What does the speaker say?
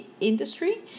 Industry